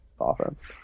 offense